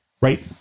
Right